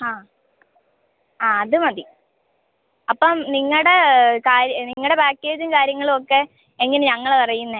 ആ ആ അത് മതി അപ്പം നിങ്ങടെ കാര്യം നിങ്ങടെ പാക്കേജും കാര്യങ്ങളും ഒക്കെ എങ്ങനെ ഞങ്ങൾ അറിയുന്നത്